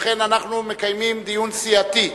ולכן אנחנו מקיימים דיון סיעתי.